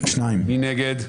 מי נגד?